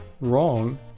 Wrong